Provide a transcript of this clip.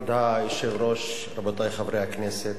כבוד היושב-ראש, רבותי חברי הכנסת,